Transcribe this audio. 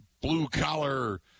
blue-collar